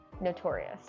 Notorious